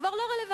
כבר לא רלוונטי.